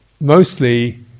mostly